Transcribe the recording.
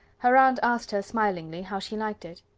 her aunt asked her, smilingly, how she liked it.